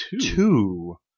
Two